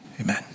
Amen